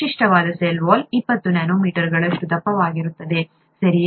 ವಿಶಿಷ್ಟವಾದ cell wall ಇಪ್ಪತ್ತು ನ್ಯಾನೊಮೀಟರ್ಗಳಷ್ಟು ದಪ್ಪವಾಗಿರುತ್ತದೆ ಸರಿಯೇ